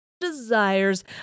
desires